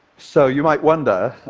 so you might wonder,